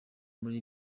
muri